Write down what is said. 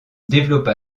développa